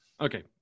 okay